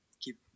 Keep